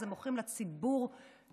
אז הם מוכרים לציבור לוקשים,